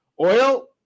Oil